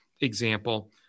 example